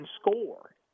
score